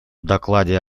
докладе